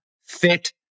fit